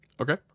Okay